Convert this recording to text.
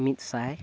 ᱢᱤᱫᱥᱟᱭ